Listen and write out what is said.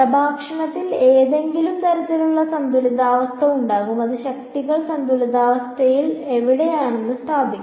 പ്രഭാഷണത്തിൽ ഏതെങ്കിലും തരത്തിലുള്ള സന്തുലിതാവസ്ഥ ഉണ്ടാകും അത് ശക്തികൾ സന്തുലിതാവസ്ഥയിൽ എവിടെയാണെന്ന് സ്ഥാപിക്കും